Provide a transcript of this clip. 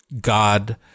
God